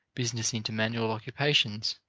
business into manual occupations,